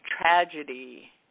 tragedy